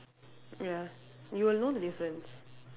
ya you will know the difference